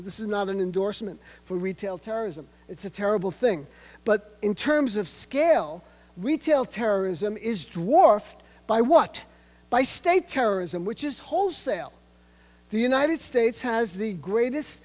acts this is not an endorsement for retail terrorism it's a terrible thing but in terms of scale retail terrorism is dwarfed by what by state terrorism which is wholesale the united states has the greatest